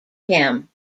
him